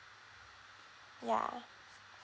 ya